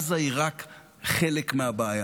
עזה היא רק חלק מהבעיה.